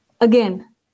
Again